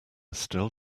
still